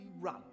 run